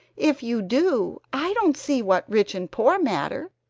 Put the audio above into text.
if you do, i don't see what rich and poor matter.